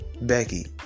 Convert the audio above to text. Becky